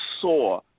saw